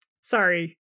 sorry